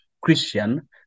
Christian